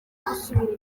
gusubira